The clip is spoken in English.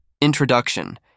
Introduction